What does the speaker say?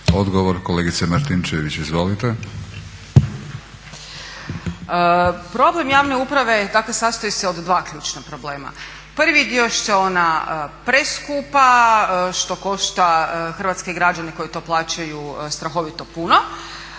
izvolite. **Martinčević, Natalija (Reformisti)** Problem javne uprave, dakle sastoji se od dva ključna problema. Prvi dio je što je ona preskupa, što košta hrvatske građane koji to plaćaju strahovito puno.